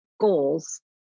goals